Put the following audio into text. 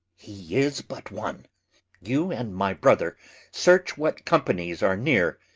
he is but one you and my brother search what companies are near.